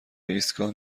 ایستگاه